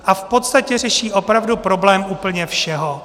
A v podstatě řeší opravdu problém úplně všeho.